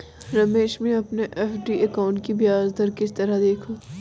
रमेश मैं अपने FD account की ब्याज दर किस तरह देखूं?